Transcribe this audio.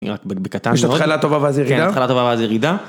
בקטן עוד. כשהתחלה טובה ואז היא הרידה? כן, התחלה טובה ואז היא הרידה.